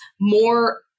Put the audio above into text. more